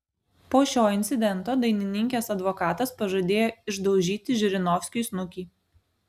po šio incidento dainininkės advokatas pažadėjo išdaužyti žirinovskiui snukį